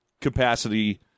capacity